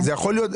יכול להיות.